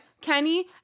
Kenny